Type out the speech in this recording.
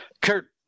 kurt